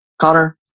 Connor